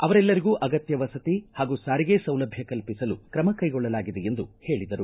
ಅವರೆಲ್ಲರಿಗೂ ಅಗತ್ಯ ವಸತಿ ಪಾಗೂ ಸಾರಿಗೆ ಸೌಲಭ್ಯ ಕಲ್ಪಿಸಲು ಕ್ರಮ ಕೈಗೊಳ್ಳಲಾಗಿದೆ ಎಂದು ಹೇಳಿದರು